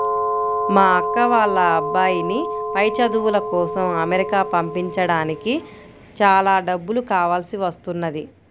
మా అక్క వాళ్ళ అబ్బాయిని పై చదువుల కోసం అమెరికా పంపించడానికి చాలా డబ్బులు కావాల్సి వస్తున్నది